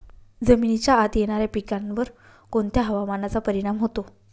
जमिनीच्या आत येणाऱ्या पिकांवर कोणत्या हवामानाचा परिणाम होतो?